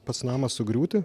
pats namas sugriūti